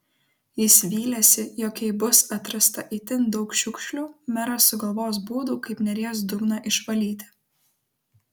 jis vylėsi jog jei bus atrasta itin daug šiukšlių meras sugalvos būdų kaip neries dugną išvalyti